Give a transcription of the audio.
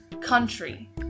country